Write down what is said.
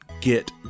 get